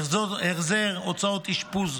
החזר הוצאות אשפוז,